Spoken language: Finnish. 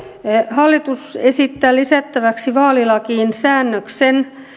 hallitus esittää lisättäväksi vaalilakiin säännöksen